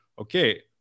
okay